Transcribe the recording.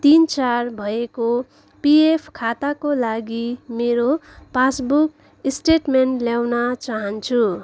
तिन चार भएको पिएफ खाताको लागि मेरो पासबुक स्टेट्मेन्ट ल्याउन चाहान्छु